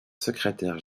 secrétaire